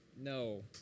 No